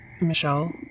Michelle